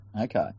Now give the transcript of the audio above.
Okay